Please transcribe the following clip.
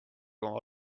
oma